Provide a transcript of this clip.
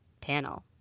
panel